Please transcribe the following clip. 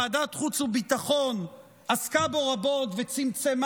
ועדת החוץ והביטחון עסקה בו רבות וצמצמה